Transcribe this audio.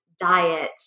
diet